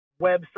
website